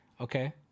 okay